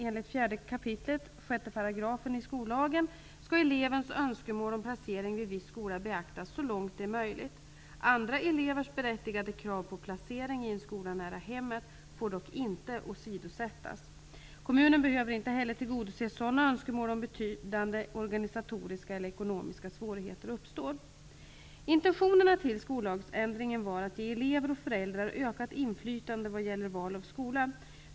Enligt 4 kap. 6 § skollagen skall elevens önskemål om placering vid viss skola beaktas så långt det är möjligt. Andra elevers berättigade krav på placering i en skola nära hemmet får dock inte åsidosättas. Kommunen behöver inte heller tillgodose sådana önskemål, om betydande organisatoriska eller ekonomiska svårigheter uppstår. Intentionerna till skollagsändringen var att ge elever och föräldrar ökat inflytande vad gäller val av skola.